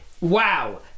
Wow